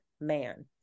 man